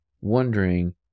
wondering